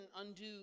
undo